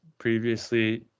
previously